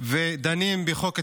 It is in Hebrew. ודנים בחוק התכנון,